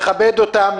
לכבד אותם,